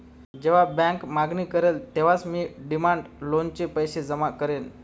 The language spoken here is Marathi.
जेव्हा बँक मागणी करेल तेव्हाच मी डिमांड लोनचे पैसे परत करेन